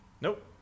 Nope